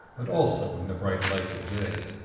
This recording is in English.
but also in the bright light of day.